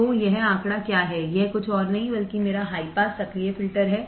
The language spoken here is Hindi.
तो यह आंकड़ा क्या है यह कुछ और नहीं बल्कि मेरा हाई पास सक्रिय फिल्टर है